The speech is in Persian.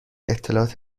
اطلاعات